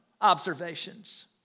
observations